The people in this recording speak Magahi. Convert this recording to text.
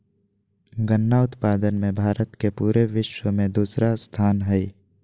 गन्ना उत्पादन मे भारत के पूरे विश्व मे दूसरा स्थान हय